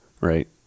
right